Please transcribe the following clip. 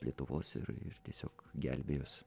lietuvos ir ir tiesiog gelbėjos